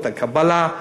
את הקבלה,